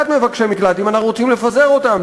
מבקשי מקלט אם אנחנו רוצים לפזר אותם,